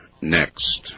next